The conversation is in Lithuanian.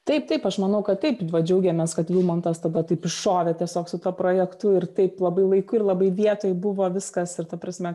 taip taip aš manau kad taip va džiaugiamės kad vilmantas tada taip iššovė tiesiog su tuo projektu ir taip labai laiku ir labai vietoj buvo viskas ir ta prasme